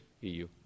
EU